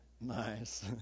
nice